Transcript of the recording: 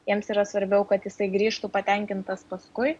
jiems yra svarbiau kad jisai grįžtų patenkintas paskui